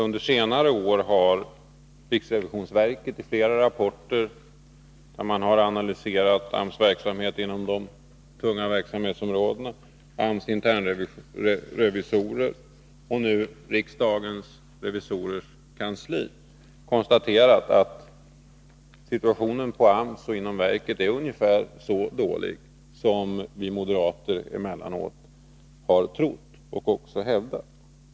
Under senare år har riksrevisionsverket i flera rapporter — där man har analyserat AMS verksamhet inom de tunga verksamhetsområdena —, AMS 95 internrevisorer och nu riksdagens revisorers kansli konstaterat att situationen på AMS och inom verket är ungefär så dålig som vi moderater har hävdat.